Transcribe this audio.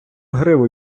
гриву